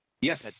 Yes